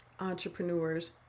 entrepreneurs